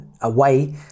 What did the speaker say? away